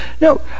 No